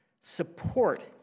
support